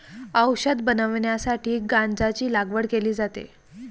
औषध बनवण्यासाठी गांजाची लागवड केली जाते